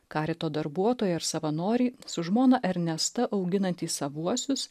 karito darbuotoją ir savanorį su žmona ernesta auginantį savuosius